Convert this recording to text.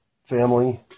Family